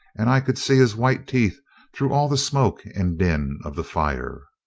and i could see his white teeth through all the smoke and din of the fire.